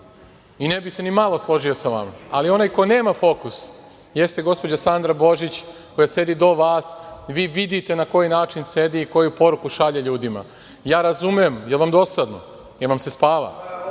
i ne bih se ni malo složio sa vama. Onaj ko nema fokus jeste gospođa Sandra Božić, koja sedi do vas. Vi vidite na koji način sedi i koju poruku šalje ljudima. Da li vam je dosadno? Da li vam se spava?